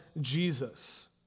Jesus